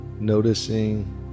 noticing